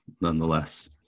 nonetheless